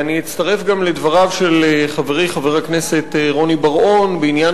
אצטרף גם לדבריו של חברי חבר הכנסת רוני בר-און בעניין